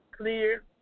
clear